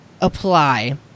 apply